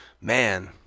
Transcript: Man